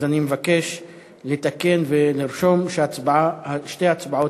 אז אני מבקש לתקן ולרשום ששתי ההצבעות